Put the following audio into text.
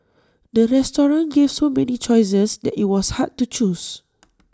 the restaurant gave so many choices that IT was hard to choose